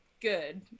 Good